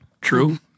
True